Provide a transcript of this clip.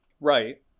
Right